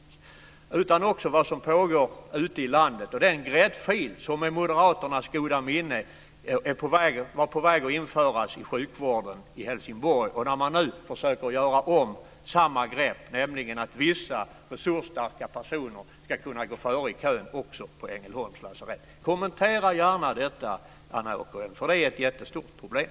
Det handlar också om vad som pågår ute i landet. En gräddfil var med moderaternas goda minne på väg att införas i sjukvården i Helsingborg. Nu försöker man göra om samma grepp. Vissa resursstarka personer ska nämligen kunna gå före i kön också på Ängelholms lasarett. Kommentera gärna detta, Anna Åkerhielm, för det är ett jättestort problem!